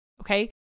okay